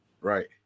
Right